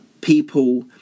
people